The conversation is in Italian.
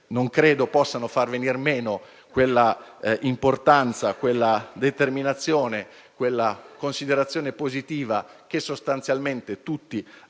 non credo possano fare venir meno quell'importanza, quella determinazione e quella considerazione positiva che sostanzialmente tutti hanno